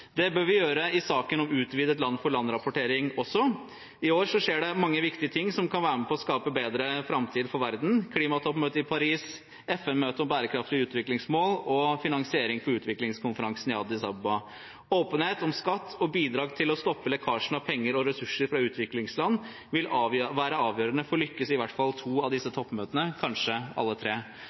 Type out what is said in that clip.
Det bør vi gjøre i saken om utvidet land-for-land-rapportering også. I år skjer det mange viktige ting som kan være med på å skape en bedre framtid for verden: klimatoppmøte i Paris, FN-møte om bærekraftig utviklingsmål og Finansiering for Utvikling-konferansen i Addis Abeba. Åpenhet om skatt og bidrag til å stoppe lekkasjen av penger og ressurser fra utviklingsland vil være avgjørende for å lykkes med i hvert fall to av disse toppmøtene, kanskje med alle tre.